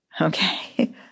Okay